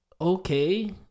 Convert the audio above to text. okay